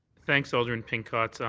thanks, alderman pincott.